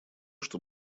что